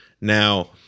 Now